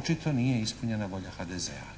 očito nije ispunjena volja HDZ-a